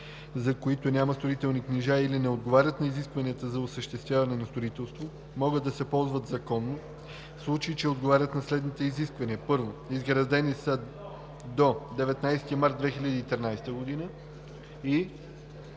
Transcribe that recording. за които няма строителни книжа или не отговарят на изискванията за осъществяване на строителство, могат да се ползват законно, в случай че отговарят на следните изисквания: 1. изградени са до 19 март 2013 г. и